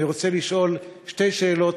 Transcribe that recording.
אני רוצה לשאול שתי שאלות